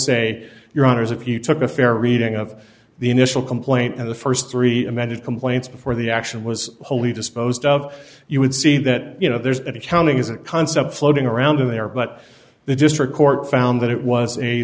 say your honour's if you took a fair reading of the initial complaint and the st three amended complaints before the action was wholly disposed of you would see that you know there's any counting is a concept floating around in there but the district court found that it was a